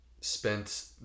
spent